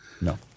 No